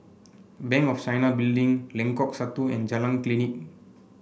Bank of China Building Lengkok Satu and Jalan Klinik